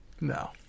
No